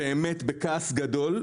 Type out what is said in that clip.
באמת בכעס גדול,